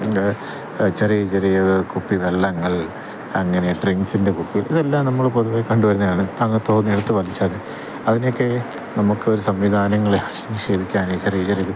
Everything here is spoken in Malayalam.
പിന്നെ ചെറിയ ചെറിയ കുപ്പിവെള്ളങ്ങൾ അങ്ങനെ ഡ്രിങ്ക്സിൻ്റെ കുപ്പി ഇതെല്ലം നമ്മള് പൊതുവേ കണ്ടുവരുന്നതാണ് അതങ്ങു തോന്നിയിടത്ത് വലിച്ചെറിയും അതിനൊക്കെ നമ്മുക്കൊരു സംവിധാനങ്ങള് നിക്ഷേപിക്കാന് ചെറിയ ഒരിത്